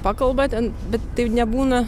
pakalba ten bet tai nebūna